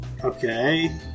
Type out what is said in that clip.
Okay